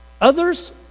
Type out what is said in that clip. Others